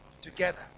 together